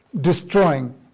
destroying